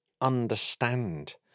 understand